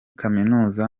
kaminuza